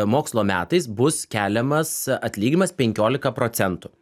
mokslo metais bus keliamas atlyginimas penkiolika procentų